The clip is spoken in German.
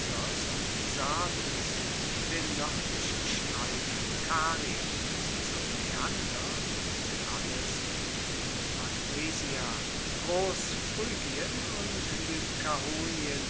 und sardes den noerdlichen streif von karien bis zum maeander mit tralles und magnesia grossphrygien und